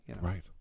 Right